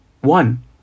One